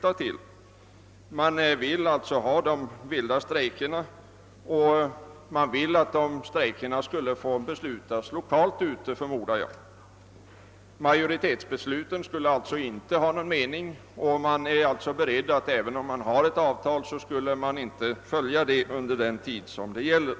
Motionärerna vill alltså ha de vilda strejkerna, och de vill — förmodar jag — att strejkerna skall kunna beslutas lokalt; majori tetsbesluten skulle alltså inte ha någon mening och avtalet skulle inte behöva följas under den tid de gäller.